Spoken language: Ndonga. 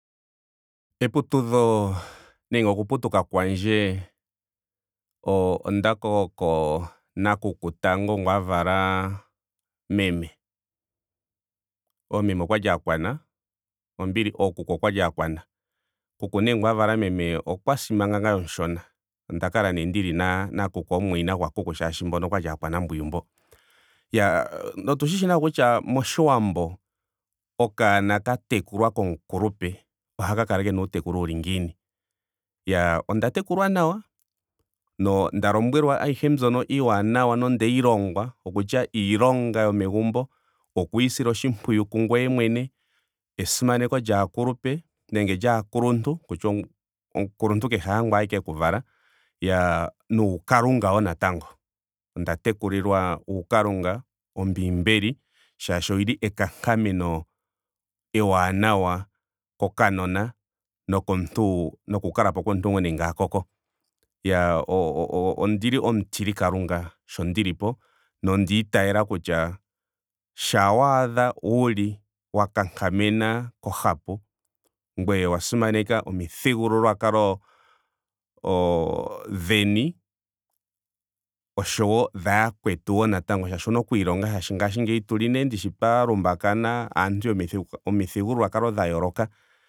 Eputudho nenge oku putuka kwandje o- onda koko tango na kuku ngu a vala meme. oomeme okwali aakwana. ombili ookuku okwali aakwana. Kuku nee ngu a vala meme okwa si manga ngame omushona. Onda kala nee ndili na kuku omumwayina gwa kuku molwaashoka mboka okwali aakwanambwiyu mbo. Iyaa otu shishi nawa kutya moshiwambo. okanona ka tekulwa komukulupe ohaka kala kena uuteku wuli ngiini. Iyaa onda tekulwa nawa. nonda lombwelwa ayihe mbyono iiwanawa nondeyi longwa. okutya iilonga yomegumbo. oku isila oshimpwiyu ku ngweye mwene. esimaneko lyaakulupe. nenge lyaakuluntu. kutya omukuluntu kshi ashike ngoka eku vala. Iyaa nuu kalunga wo natango. Onsa tekulilwa uu kalunga. ombiimbeli. molwaashoka oyili ekankameno ewanawa kokanona. nomuntu. noku kalapo komuntu ngele a koko. O- iyaa ondili omutili kalunga sho ndilipo. nonda itayela kutya shampa waadha wuli wa kankamena kohapu. ngweye owa simaneka omithigululwakalo. oo dhenio oshowo dhayakwetu woo natango molwaashoka owuna okwiilonga molwaashoka ngaanshingeyi tuli nee ndishi twa lumbakana aantu yomithi yomithigululwakalo dha yooloka